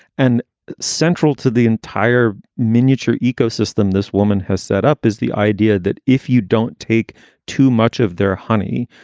and central to the entire miniature ecosystem this woman has set up is the idea that if you don't take too much of their honey,